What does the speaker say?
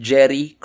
Jerry